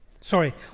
Sorry